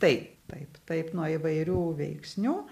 taip taip taip nuo įvairių veiksnių